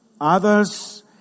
Others